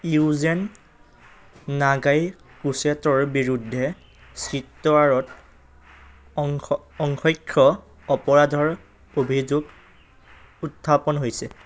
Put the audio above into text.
Eugene নাগাইকোছেটৰ বিৰুদ্ধে চিত্ৰ আঁৰত অসংখ্য অপৰাধৰ অভিযোগ উত্থাপন হৈছে